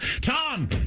Tom